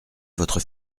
votre